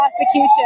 prosecution